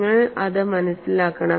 നിങ്ങൾ അത് മനസ്സിലാക്കണം